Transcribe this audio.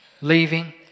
leaving